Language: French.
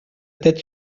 tête